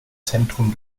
zentrum